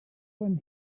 when